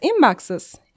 inboxes